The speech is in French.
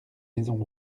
maisons